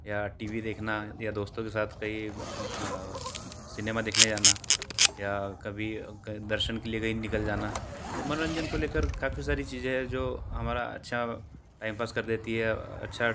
या T V देखना या दोस्तों के साथ कहीं सिनेमा देखने जाना या कभी दर्शन के लिए कहीं निकल जाना तो मनोरंजन को लेकर काफ़ी सारी चीज़ें है जो हमारा अच्छा टाइम पास कर देती है अच्छा